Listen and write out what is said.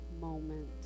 moment